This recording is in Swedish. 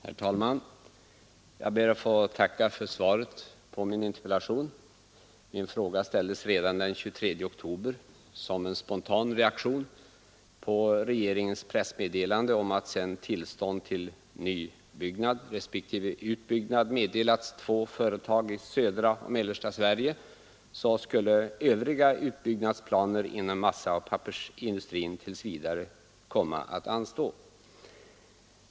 Herr talman! Jag ber att få tacka för svaret på min interpellation. Min fråga ställdes redan den 23 oktober som en spontan reaktion på regeringens pressmeddelande om att sedan tillstånd till nybyggnad respektive utbyggnad meddelats två företag i södra och mellersta Sverige, skulle övriga utbyggnadsplaner inom massaoch pappersindustrin tills vidare komma att anstå.